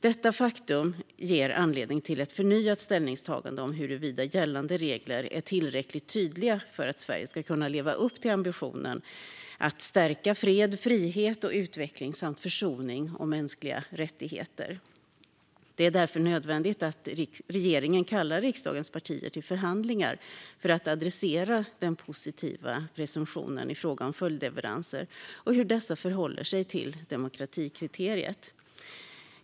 Detta faktum ger anledning till ett förnyat ställningstagande huruvida gällande regler är tillräckligt tydliga för att Sverige ska kunna leva upp till ambitionen att stärka fred, frihet och utveckling samt försoning och mänskliga rättigheter. Det är därför nödvändigt att regeringen kallar riksdagens partier till förhandlingar för att adressera den positiva presumtionen i fråga om följdleveranser och hur dessa förhåller sig till demokratikriteriet.